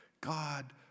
God